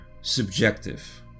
subjective